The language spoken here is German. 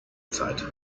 zeit